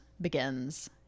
begins